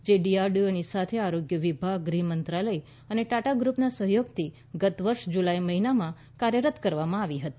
જે ડીઆરડીઓની સાથે આરોગ્ય વિભાગ ગૃહ મંત્રાલય અને ટાટા ગુપના સહયોગથી ગત વર્ષ જુલાઇ મહિનામાં આ હોસ્પિટલ કાર્યરત કરવામાં આવી હતી